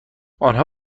آنها